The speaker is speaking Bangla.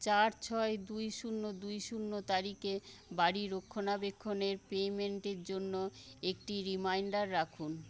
চার ছয় দুই শূন্য দুই শূন্য তারিখে বাড়ি রক্ষণাবেক্ষণের পেমেন্টের জন্য একটি রিমাইন্ডার রাখুন